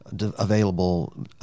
available